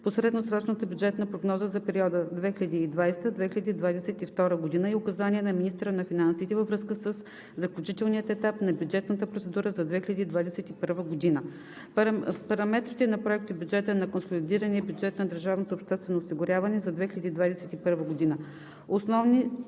по средносрочната бюджетна прогноза за периода 2020 – 2022 г. и указанията на министъра на финансите във връзка със заключителния етап на бюджетната процедура за 2021 г. І. Параметри на Проектобюджета на Консолидирания бюджет на държавното обществено осигуряване за 2021 г. 1. Основни